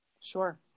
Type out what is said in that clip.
Sure